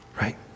right